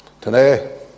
today